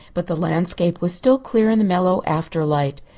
but the landscape was still clear in the mellow afterlight.